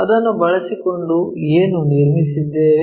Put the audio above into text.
ಅದನ್ನು ಬಳಸಿಕೊಂಡು ಏನು ನಿರ್ಮಿಸಿದ್ದೇವೆ